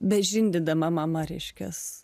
bežindydama mama reiškiasi